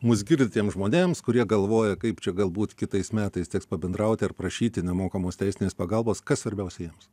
mūsų girdintiems žmonėms kurie galvoja kaip čia galbūt kitais metais teks pabendrauti ar prašyti nemokamos teisinės pagalbos kas svarbiausia jiems